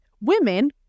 Women